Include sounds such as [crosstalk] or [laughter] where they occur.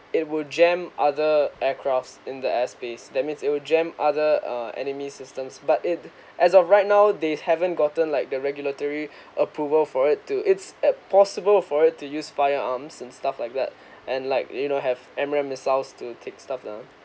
it will jam other aircrafts in the airspace that means it will jam other uh enemies systems but it as of right now they haven't gotten like the regulatory [breath] approval for it to its a possible for it to use firearms and stuff like that and like you know have admiral missiles to take stuff lah